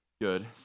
good